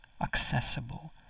accessible